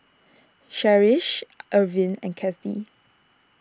Cherish Irvin and Cathy